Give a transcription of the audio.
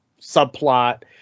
subplot